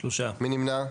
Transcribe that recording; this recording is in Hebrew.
3 נמנעים,